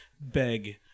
beg